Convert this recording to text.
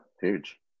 huge